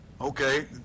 Okay